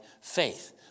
faith